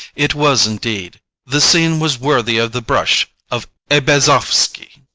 it was indeed. the scene was worthy of the brush of aibazofski.